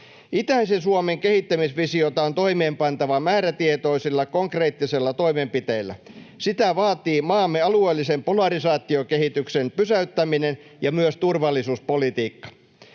Itäisen Suomen kehittämisvisiota on toimeenpantava määrätietoisilla, konkreettisilla toimenpiteillä — sitä vaatii maamme alueellisen polarisaatiokehityksen pysäyttäminen ja myös turvallisuuspolitiikka.